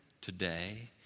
today